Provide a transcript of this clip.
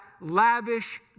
lavish